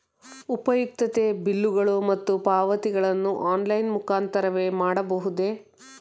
ಉಪಯುಕ್ತತೆ ಬಿಲ್ಲುಗಳು ಮತ್ತು ಪಾವತಿಗಳನ್ನು ಆನ್ಲೈನ್ ಮುಖಾಂತರವೇ ಮಾಡಬಹುದೇ?